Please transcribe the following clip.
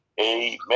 Amen